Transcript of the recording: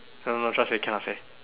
no no trust me cannot say